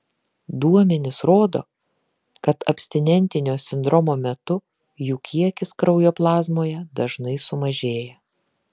duomenys rodo kad abstinentinio sindromo metu jų kiekis kraujo plazmoje dažnai sumažėja